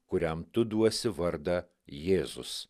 kuriam tu duosi vardą jėzus